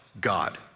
God